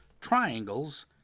triangles